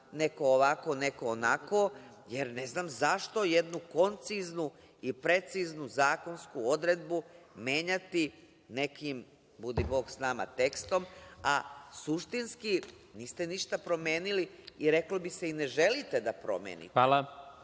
neko ovako, neko onako, jer ne znam zašto jednu konciznu i preciznu zakonsku odredbu menjati nekim, budi bog s nama, tekstom, a suštinski niste ništa promenili i reklo bi se i ne želite da promenite.